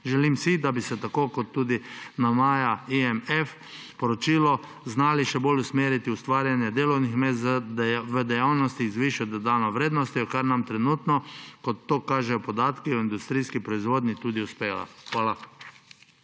Želim si, da bi se tako, kot tudi navaja IMF poročilo, znali še bolj usmeriti v ustvarjanje delovnih mest v dejavnostih z višjo dodano vrednostjo, kar nam trenutno, kot to kažejo podatki, v industrijski proizvodnji tudi uspela. Hvala.